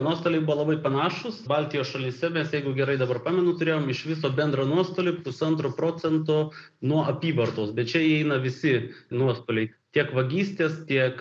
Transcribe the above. nuostoliai buvo labai panašūs baltijos šalyse nes jeigu gerai dabar pamenu turėjom iš viso bendrą nuostolį pusantro procento nuo apyvartos bet čia įeina visi nuostoliai tiek vagystės tiek